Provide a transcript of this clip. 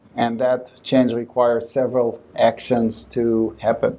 and that change requires several actions to happen.